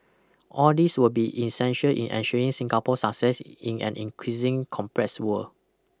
all these will be essential in ensuring Singapore's success in an increasing complex world